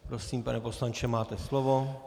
Prosím, pane poslanče, máte slovo.